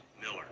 Miller